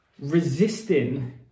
resisting